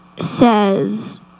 says